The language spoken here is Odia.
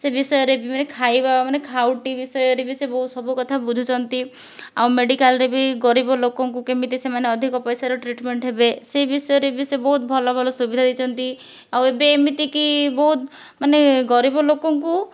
ସେ ବିଷୟରେ ବି ମାନେ ଖାଇବା ମାନେ ଖାଉଟି ବିଷୟରେ ବି ସେ ବହୁ ସବୁ କଥା ବୁଝୁଛନ୍ତି ଆଉ ମେଡିକାଲ୍ରେ ବି ଗରିବ ଲୋକଙ୍କୁ କେମିତି ସେମାନେ ଅଧିକ ପଇସାର ଟ୍ରିଟମେଣ୍ଟ ହେବେ ସେ ବିଷୟରେ ବି ସେ ବହୁତ ଭଲ ଭଲ ସୁବିଧା ଦେଇଛନ୍ତି ଆଉ ଏବେ ଏମିତିକି ବହୁତ ମାନେ ଗରିବ ଲୋକଙ୍କୁ